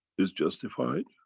is justified.